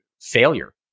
failure